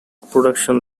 production